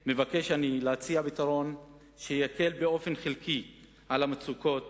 אני מבקש להציע פתרון שיקל באופן חלקי את המצוקות